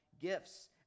gifts